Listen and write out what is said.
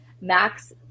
Max